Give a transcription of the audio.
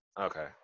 Okay